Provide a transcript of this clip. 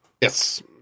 Yes